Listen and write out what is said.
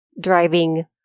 driving